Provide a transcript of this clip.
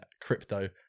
crypto